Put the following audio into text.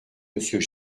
monsieur